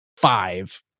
five